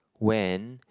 when